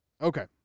Okay